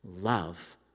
love